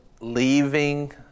leaving